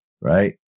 right